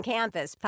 Campus